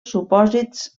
supòsits